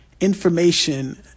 information